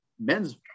men's